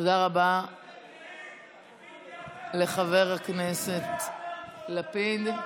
תודה רבה לחבר הכנסת לפיד.